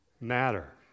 matter